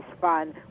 fun